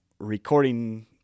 recording